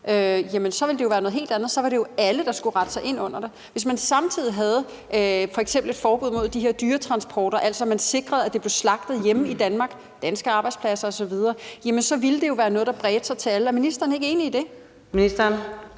kyllinger, ville det være noget helt andet. Så var det jo alle, der skulle rette sig ind efter det. Hvis man samtidig havde f.eks. et forbud mod de her dyretransporter, altså at man sikrede, at der blev slagtet hjemme i Danmark på danske arbejdspladser osv., så ville det jo være noget, der bredte sig til alle. Er ministeren ikke enig i det? Kl.